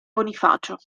bonifacio